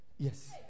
Yes